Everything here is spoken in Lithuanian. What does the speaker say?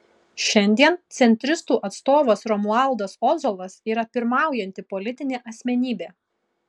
šiandien centristų atstovas romualdas ozolas yra pirmaujanti politinė asmenybė